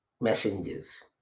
messengers